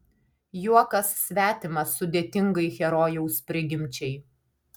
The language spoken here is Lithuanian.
juokas svetimas sudėtingai herojaus prigimčiai